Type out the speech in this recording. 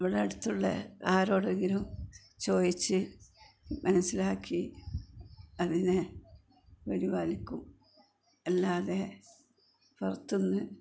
ഇവിടെ അടുത്തുള്ള ആരോടെങ്കിലും ചോദിച്ച് മനസ്സിലാക്കി അതിനെ പരിപാലിക്കും അല്ലാതെ പുറത്തുനിന്ന്